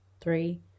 Three